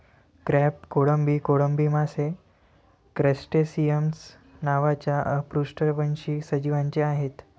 crab, कोळंबी, कोळंबी मासे क्रस्टेसिअन्स नावाच्या अपृष्ठवंशी सजीवांचे आहेत